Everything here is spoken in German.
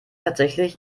tatsächlich